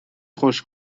خوش